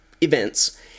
events